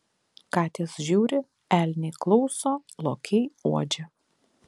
katės žiūri elniai klauso lokiai uodžia